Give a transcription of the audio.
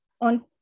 on